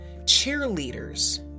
cheerleaders